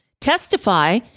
testify